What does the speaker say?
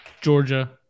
Georgia